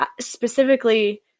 specifically